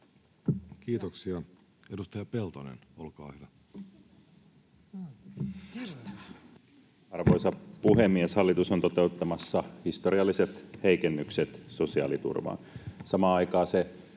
muuttamisesta Time: 15:24 Content: Arvoisa puhemies! Hallitus on toteuttamassa historialliset heikennykset sosiaaliturvaan.